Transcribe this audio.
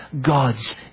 God's